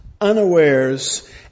unawares